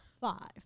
Five